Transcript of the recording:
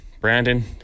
Brandon